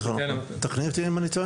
אבישג, תקני אותי אם אני טועה.